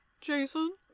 Jason